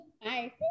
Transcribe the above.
Hi